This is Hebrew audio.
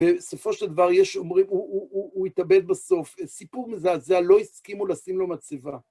בסופו של דבר יש, אומרים, הוא התאבד בסוף, סיפור מזעזע. לא הסכימו לשים לו מצבה.